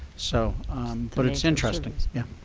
so but it's interesting. yeah,